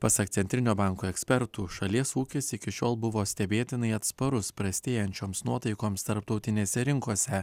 pasak centrinio banko ekspertų šalies ūkis iki šiol buvo stebėtinai atsparus prastėjančioms nuotaikoms tarptautinėse rinkose